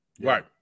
right